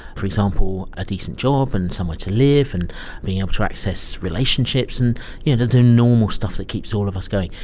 for example, a decent job and somewhere to live and being able to access relationships, and you know the normal stuff that keeps all of us going,